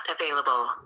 available